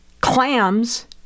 clams